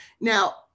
Now